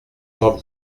fort